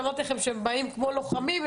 שאמרתי לכם שהם באים כמו לוחמים,